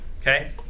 Okay